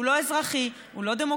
הוא לא אזרחי, הוא לא דמוקרטי.